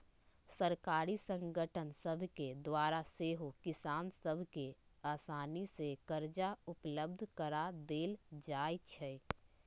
सहकारी संगठन सभके द्वारा सेहो किसान सभ के असानी से करजा उपलब्ध करा देल जाइ छइ